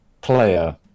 player